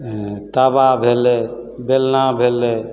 तावा भेलै बेलना भेलै